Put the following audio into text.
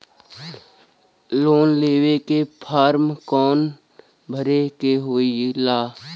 Loan लेवे के form कौन भरे के होला?